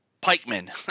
pikemen